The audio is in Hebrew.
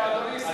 אדוני סגן השר,